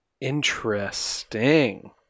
Interesting